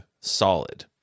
solid